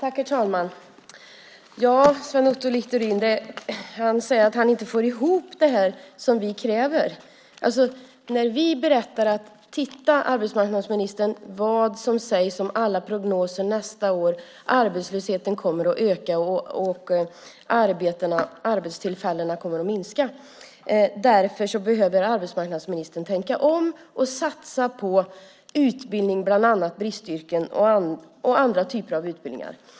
Herr talman! Sven Otto Littorin säger att han inte får ihop det som vi kräver. Vi säger: Titta, arbetsmarknadsministern, vad som sägs i alla prognoser inför nästa år! Arbetslösheten kommer att öka och arbetstillfällena att minska. Därför behöver arbetsmarknadsministern tänka om och satsa på utbildning i bland annat bristyrken och på andra typer av utbildningar.